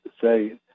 say